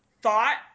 thought